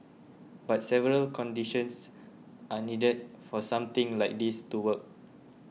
but several conditions are needed for something like this to work